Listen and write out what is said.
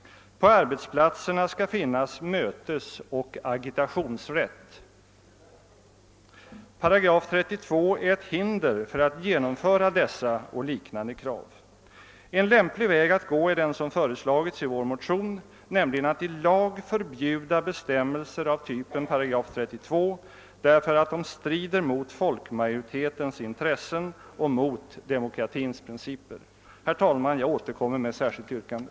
På arbetsplatserna skall finnas mötesoch agitationsrätt. 8 32 är ett hinder för att genomföra dessa och liknande krav. En lämplig väg att gå är den som föreslagits i vår motion, nämligen att i lag förbjuda bestämmelser av typ 8 32 därför att de strider mot folkmajoritetens intressen och mot demokratins principer. Herr talman! Jag återkommer med ett särskilt yrkande.